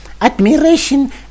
Admiration